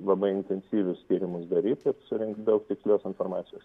labai intensyvius tyrimus daryti surinkt daug tikslios informacijos